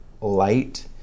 light